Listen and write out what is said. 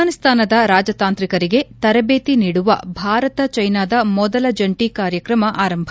ಆಫ್ರಾನಿಸ್ತಾನದ ರಾಜತಾಂತ್ರಿಕರಿಗೆ ತರಬೇತಿ ನೀಡುವ ಭಾರತ ಚೈನಾದ ಮೊದಲ ಜಂಟಿ ಕಾರ್ಯಕ್ರಮ ಆರಂಭ